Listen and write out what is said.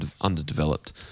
underdeveloped